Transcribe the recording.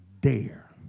dare